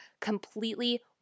completely